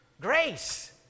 Grace